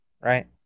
right